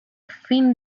fin